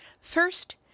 First